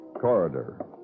Corridor